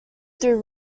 through